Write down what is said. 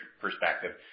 perspective